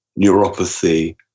neuropathy